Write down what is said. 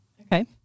Okay